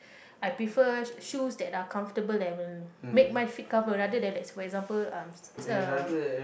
I prefer sh~ shoes that are comfortable and will make my feet cover rather than for example uh